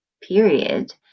period